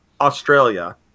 Australia